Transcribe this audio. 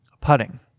Putting